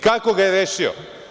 Kako ga je rešio?